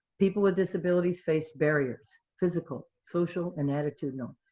people with disabilities face barriers, physical, social, and attitudinal,